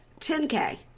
10K